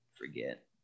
forget